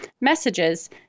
messages